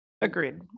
Agreed